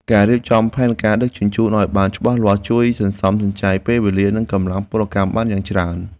ការរៀបចំផែនការដឹកជញ្ជូនឱ្យបានច្បាស់លាស់ជួយសន្សំសំចៃពេលវេលា និងកម្លាំងពលកម្មបានយ៉ាងច្រើន។